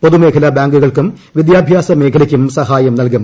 പൊതുമേഖലാ ബാങ്കുകൾക്കും വിദ്യാഭ്യാസ മേഖലയ്ക്കും സഹായം നൽകും